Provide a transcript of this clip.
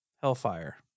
hellfire